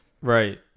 Right